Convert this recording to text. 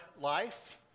life